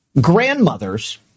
grandmothers